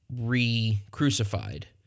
re-crucified